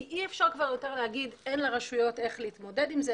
כי אי-אפשר כבר יותר להגיד: אין לרשויות איך להתמודד עם זה,